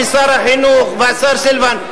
ושר החינוך והשר סילבן.